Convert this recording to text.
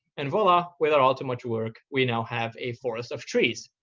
and voila, without all too much work, we now have a forest of trees.